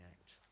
act